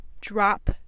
drop